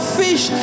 fish